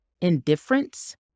indifference